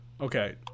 okay